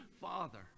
father